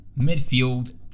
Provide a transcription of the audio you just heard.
midfield